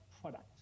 product